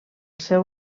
seu